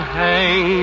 hang